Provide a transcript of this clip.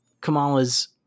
Kamala's